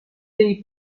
dei